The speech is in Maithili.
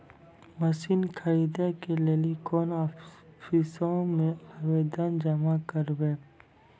मसीन खरीदै के लेली कोन आफिसों मे आवेदन जमा करवै?